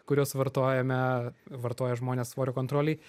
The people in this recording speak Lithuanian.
kuriuos vartojame vartoja žmonės svorio kontrolei